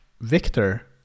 Victor